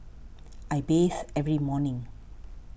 I bathe every morning